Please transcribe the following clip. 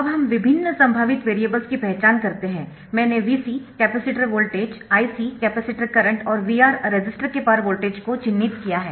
अब हम विभिन्न संभावित वेरिएबल्स की पहचान करते है मैंने Vc capacitor voltage Ic capacitor current और VR रेसिस्टर के पार वोल्टेज को चिह्नित किया है